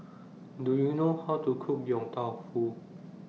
Do YOU know How to Cook Yong Tau Foo